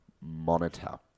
monitor